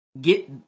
get